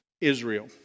Israel